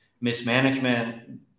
Mismanagement